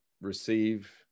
receive